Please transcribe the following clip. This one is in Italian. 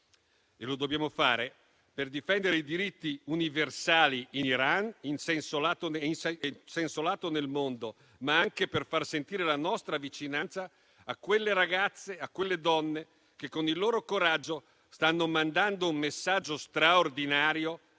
Lo dobbiamo fare per difendere i diritti universali in Iran e in senso lato nel mondo, ma anche per far sentire la nostra vicinanza a quelle ragazze e a quelle donne che, con il loro coraggio, stanno mandando un messaggio straordinario